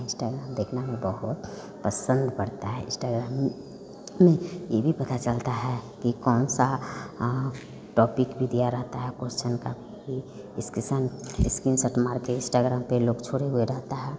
Instagram देखना हमें बहुत पसंद पड़ता है इंस्टाग्राम में ये भी पता चलता है कि कौन सा टॉपिक भी दिया रहता है कोस्चन का भी इस्केसन इस्किनसट मार के इंस्टाग्राम पर लोग छोड़े हुए रहता है